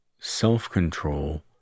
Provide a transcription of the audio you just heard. self-control